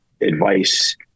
advice